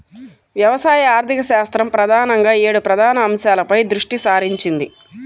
వ్యవసాయ ఆర్థికశాస్త్రం ప్రధానంగా ఏడు ప్రధాన అంశాలపై దృష్టి సారించింది